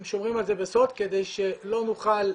הם שומרים על זה בסוד כדי שלא נוכל,